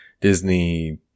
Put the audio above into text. Disney